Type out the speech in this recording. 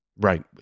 Right